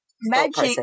magic